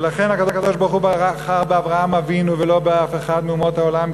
ולכן הקדוש-ברוך-הוא בחר באברהם אבינו ולא באף אחת מאומות העולם,